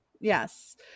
Yes